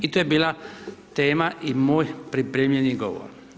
I to je bila tema i moj pripremljeni govor.